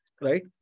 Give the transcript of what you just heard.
Right